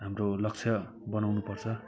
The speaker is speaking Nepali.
हाम्रो लक्ष्य बनाउनुपर्छ